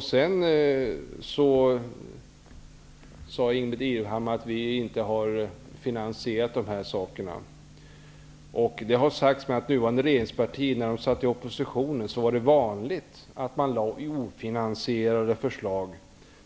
Sedan sade Ingbritt Irhammar att vi inte har finansierat vårt förslag. Det har sagts mig att när de nuvarande regeringspartierna satt i opposition var det vanligt att de lade fram ofinansierade förslag,